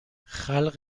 خلق